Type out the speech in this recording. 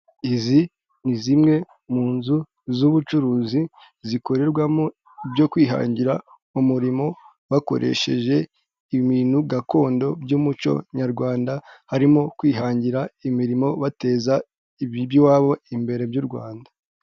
Izi ni zimwe mu nzu z'ubucuruzi zikorerwamo ibyo kwihangira umurimo bakoresheje ibintu gakondo by'umuco nyarwanda, harimo kwihangira imirimo bateza imbere iby'iwabo imbere by'u rwanda.